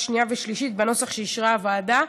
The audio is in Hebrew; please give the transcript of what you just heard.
השנייה והשלישית בנוסח שאישרה הוועדה.